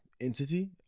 entity